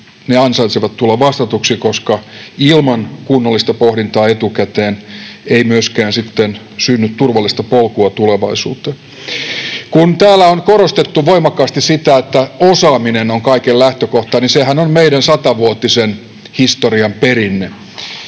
ansaitsevat tulla vastatuksi, koska ilman kunnollista pohdintaa etukäteen ei myöskään sitten synny turvallista polkua tulevaisuuteen. Kun täällä on korostettu voimakkaasti sitä, että osaaminen on kaiken lähtökohta, niin sehän on meidän satavuotisen historiamme perinne.